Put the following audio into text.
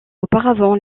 auparavant